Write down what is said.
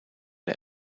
der